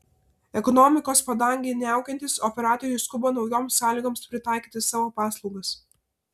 ekonomikos padangei niaukiantis operatoriai skuba naujoms sąlygoms pritaikyti savo paslaugas